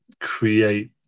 create